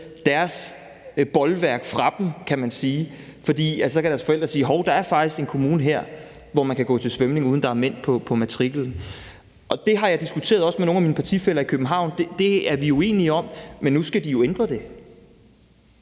deres bolværk fra dem, kan man sige. For så kan deres forældre sige, at hov, der er faktisk en kommune her, hvor man kan gå til svømning, uden at der er mænd på matriklen. Det har jeg diskuteret, også med nogle af mine partifæller i København, og det er vi uenige om, men nu skal de jo ændre det.